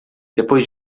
depois